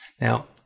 Now